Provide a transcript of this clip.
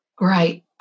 Right